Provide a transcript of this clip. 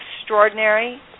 extraordinary